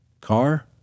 Car